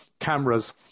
cameras